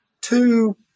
two